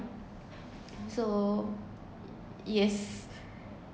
so yes